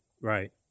Right